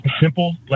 simple